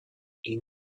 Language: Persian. این